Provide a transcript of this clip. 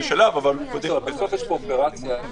החוק